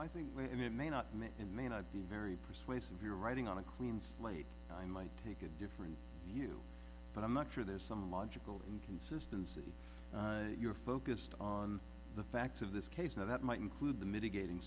i think when it may not may and may not be very persuasive you're writing on a clean slate i might take a different view but i'm not sure there's some logical inconsistency you're focused on the facts of this case and that might include the mitigating